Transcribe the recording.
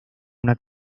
una